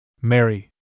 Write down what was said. Mary